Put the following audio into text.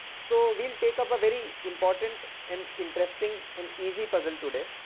so, we will take up a very important and interesting and easy puzzle today.